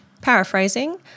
paraphrasing